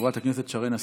חברת הכנסת שרן השכל,